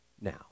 now